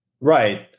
Right